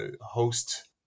host